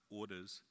orders